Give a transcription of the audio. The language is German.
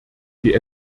die